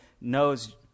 knows